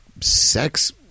sex